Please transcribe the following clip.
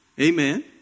Amen